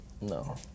No